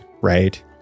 right